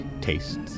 tastes